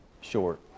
short